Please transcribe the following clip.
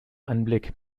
anblick